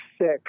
sick